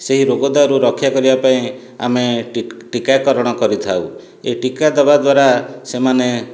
ସେହି ରୋଗ ଦାଉରୁ ରକ୍ଷା କରିବା ପାଇଁ ଆମେ ଟୀକାକାରଣ କରିଥାଉ ଏହି ଟୀକା ଦେବା ଦ୍ୱାରା ସେମାନେ